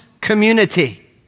community